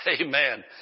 Amen